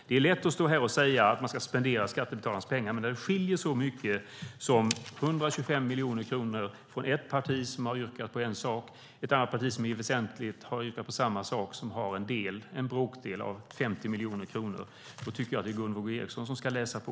Det är lätt att stå här och säga att man ska spendera skattebetalarnas pengar, men när det är så stor skillnad som att ett parti har yrkat på 125 miljoner kronor för en sak och ett annat parti har yrkat på bara en bråkdel, 50 miljoner kronor, för i stort sett samma sak, tycker jag att det är Gunvor G Ericson som ska läsa på.